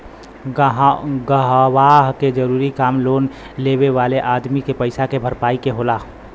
गवाह के जरूरी काम लोन लेवे वाले अदमी के पईसा के भरपाई के होला